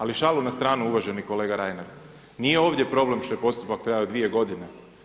Ali šalu na stranu uvaženi kolega Reiner, nije ovdje problem što je postupak trajao dvije godine.